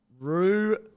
Rue